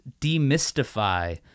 demystify